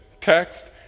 text